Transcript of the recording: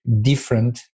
different